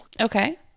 Okay